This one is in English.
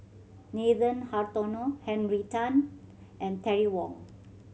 Nathan Hartono Henry Tan and Terry Wong